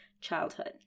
childhood